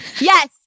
yes